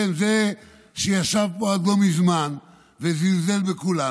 כן, זה שישב פה עד לא מזמן וזלזל בכולנו,